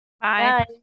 Bye